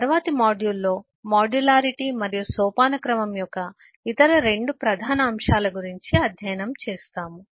తరువాతి మాడ్యూల్లో మాడ్యులారిటీ మరియు సోపానక్రమం యొక్క ఇతర 2 ప్రధాన అంశాల గురించి అధ్యయనం చేస్తాము